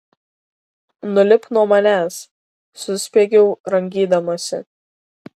nulipk nuo manęs suspiegiau rangydamasi